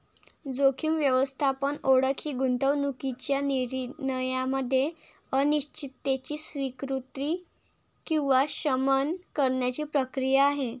जोखीम व्यवस्थापन ओळख ही गुंतवणूकीच्या निर्णयामध्ये अनिश्चिततेची स्वीकृती किंवा शमन करण्याची प्रक्रिया आहे